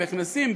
בכנסים,